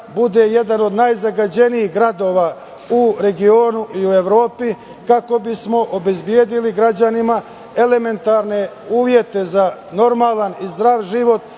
bude jedan od najzagađenijih gradova u regionu i u Evropi, kako bismo obezbedili građanima elementarne uslove za normalan i zdrav život,